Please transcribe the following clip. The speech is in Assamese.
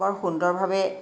বৰ সুন্দৰভাৱে